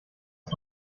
ich